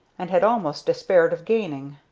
and had almost despaired of gaining.